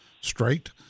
straight